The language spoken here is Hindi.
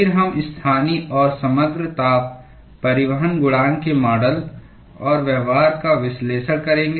फिर हम स्थानीय और समग्र ताप परिवहन गुणांक के मॉडल और व्यवहार का विश्लेषण करेंगे